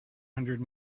hundred